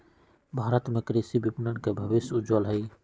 भारत में कृषि विपणन के भविष्य उज्ज्वल हई